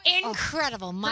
incredible